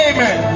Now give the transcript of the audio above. Amen